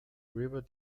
river